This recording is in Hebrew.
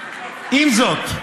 עם זאת,